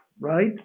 Right